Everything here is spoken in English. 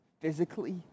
physically